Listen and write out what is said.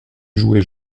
jouer